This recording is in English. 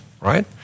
right